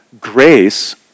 grace